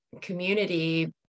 community